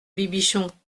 bibichon